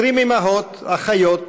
20 אימהות, אחיות,